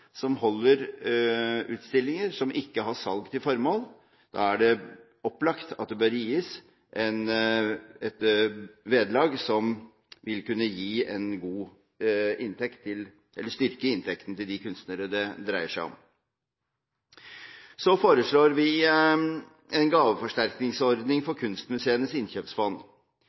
som holder utstillinger som ikke har salg til formål, gis et vederlag som vil kunne styrke inntektene til de kunstnere det dreier seg om. Så foreslår vi en gaveforsterkningsordning for kunstmuseenes innkjøpsfond.